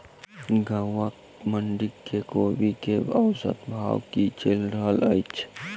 गाँवक मंडी मे कोबी केँ औसत भाव की चलि रहल अछि?